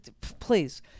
Please